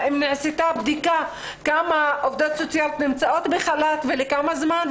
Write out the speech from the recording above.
האם נעשתה בדיקה כמה עובדות סוציאליות נמצאות בחל"ת ולכמה זמן,